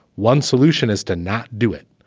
one solution is to not do it.